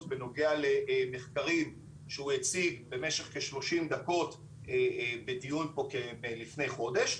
בנוגע למחקרים שהוא הציג במשך כ-30 דקות בדיון פה לפני כחודש,